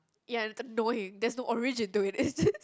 ya it's annoying there's no origin to it is just